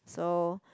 so